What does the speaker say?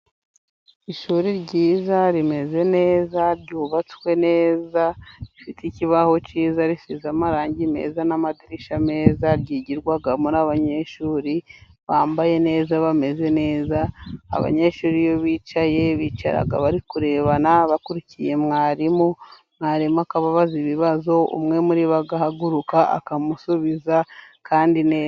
Ishuri ryiza rimeze neza, ryubatswe neza, rifite ikibaho kiza, risize amarangi meza, n'madirishya meza ryigirwamo n'abanyeshuri bambaye neza, bameze neza, abanyeshuri iyo bicaye bicara bari kurebana bakurikiye mwarimu, mwarimu akababaza ibibazo umwe muribo agahaguruka akamusubiza kandi neza.